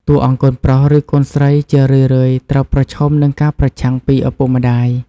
តួអង្គកូនប្រុសឬកូនស្រីជារឿយៗត្រូវប្រឈមនឹងការប្រឆាំងពីឪពុកម្តាយ។